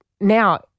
now